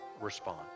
respond